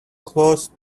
close